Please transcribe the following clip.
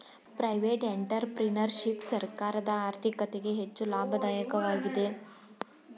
private entrepreneurship ಸರ್ಕಾರದ ಆರ್ಥಿಕತೆಗೆ ಹೆಚ್ಚು ಲಾಭದಾಯಕವಾಗಿದೆ